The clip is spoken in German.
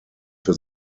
für